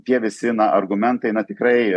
tie visi na argumentai na tikrai